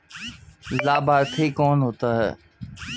लाभार्थी कौन होता है?